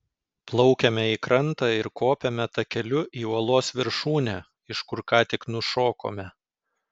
plaukiame į krantą ir kopiame takeliu į uolos viršūnę iš kur ką tik nušokome